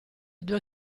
due